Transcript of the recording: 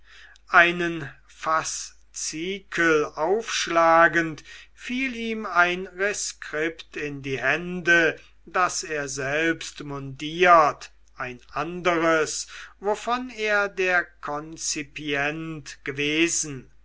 einen faszikel aufschlagend fiel ihm ein reskript in die hände das er selbst mundiert ein anderes wovon er der konzipient gewesen